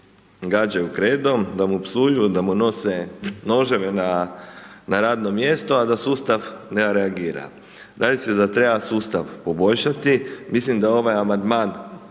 gađaju kredom, da mu psuju, da mu nose noževe na radno mjesto, a da sustav ne reagira. Ja mislim da sustav treba poboljšati, mislim da ovaj amandman